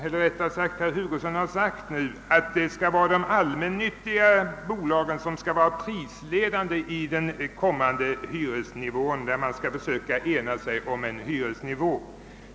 Herr Hugosson har sagt att de allmännyttiga bolagen skall vara prisledande när man försöker ena sig om en hyresnivå.